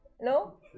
No